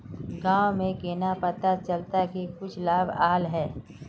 गाँव में केना पता चलता की कुछ लाभ आल है?